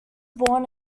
born